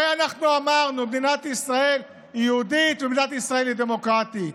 הרי אנחנו אמרנו: מדינת ישראל היא יהודית ומדינת ישראל היא דמוקרטית.